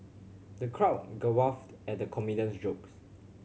the crowd guffawed at the comedian's jokes